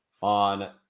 on